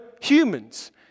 humans